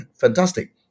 fantastic